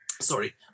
Sorry